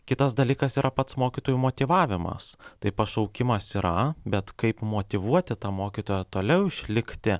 kitas dalykas yra pats mokytojų motyvavimas tai pašaukimas yra bet kaip motyvuoti tą mokytoją toliau išlikti